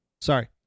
Sorry